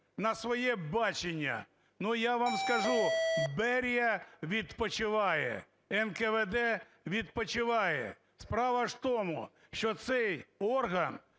на своє бачення. Ну, я вам скажу, Берія відпочиває, НКВД відпочиває. Справа ж в тому, що цей орган